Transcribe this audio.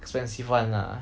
expensive one lah